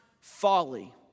folly